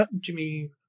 Jimmy